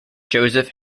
joseph